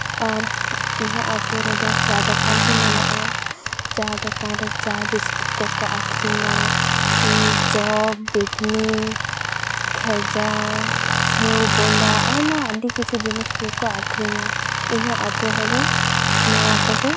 ᱟᱨ ᱤᱧᱟᱹᱜ ᱟᱹᱛᱩ ᱨᱮᱫᱚ ᱪᱟ ᱫᱚᱠᱟᱱ ᱦᱚᱸ ᱢᱮᱱᱟᱜᱼᱟ ᱪᱟ ᱫᱚᱠᱟᱱᱨᱮ ᱪᱟ ᱵᱤᱥᱠᱩᱴ ᱠᱚᱠᱚ ᱟᱠᱷᱨᱤᱧᱟ ᱪᱚᱯ ᱵᱮᱜᱽᱱᱤ ᱠᱷᱮᱡᱟ ᱥᱮᱣ ᱵᱳᱸᱫᱟ ᱟᱭᱢᱟ ᱟᱹᱰᱤ ᱠᱤᱪᱷᱩ ᱡᱤᱱᱤᱥ ᱜᱮᱠᱚ ᱟᱠᱷᱨᱤᱧᱟ ᱤᱧᱟᱹᱜ ᱟᱹᱛᱩ ᱨᱮᱫᱚ ᱱᱚᱣᱟ ᱠᱚᱜᱮ ᱢᱮᱱᱟᱜᱼᱟ